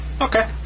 Okay